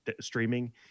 streaming